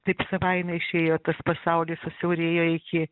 taip savaime išėjo tas pasaulis susiaurėjo iki